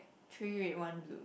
three red one blue